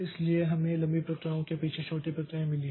इसलिए हमें लंबी प्रक्रियाओं के पीछे छोटी प्रक्रियाएँ मिली हैं